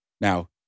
now